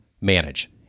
manage